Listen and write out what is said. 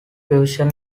fusion